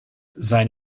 sein